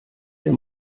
der